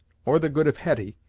or the good of hetty,